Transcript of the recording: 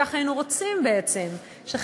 כך היינו רוצים בעצם,